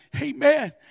Amen